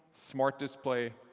smart display,